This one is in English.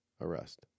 arrest